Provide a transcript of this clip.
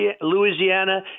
Louisiana